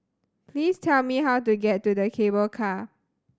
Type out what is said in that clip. please tell me how to get to the Cable Car